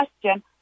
question